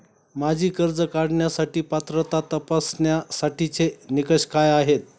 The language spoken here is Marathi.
माझी कर्ज काढण्यासाठी पात्रता तपासण्यासाठीचे निकष काय आहेत?